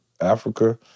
Africa